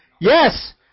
Yes